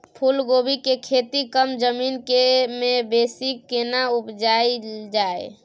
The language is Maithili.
फूलकोबी के खेती कम जमीन मे बेसी केना उपजायल जाय?